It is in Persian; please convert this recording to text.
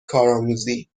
کارآموزی